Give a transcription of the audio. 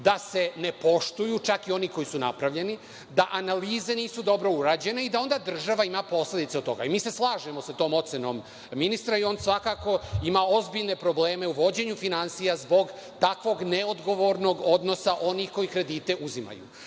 da se ne poštuju, čak i oni koji su napravljeni, da analize nisu dobro urađene i da onda država ima posledice od toga. Mi se slažemo sa tom ocenom ministra i on svakako ima ozbiljne probleme u vođenju finansija zbog takvog neodgovornog odnosa onih koji kredite uzimaju.